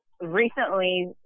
recently